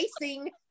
racing